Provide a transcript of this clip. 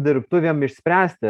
dirbtuvėm išspręsti